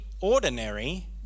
ordinary